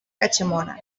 catxamona